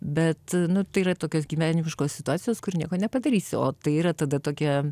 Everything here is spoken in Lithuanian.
bet nu tai yra tokios gyvenimiškos situacijos kur nieko nepadarysi o tai yra tada tokia